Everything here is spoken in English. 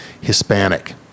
Hispanic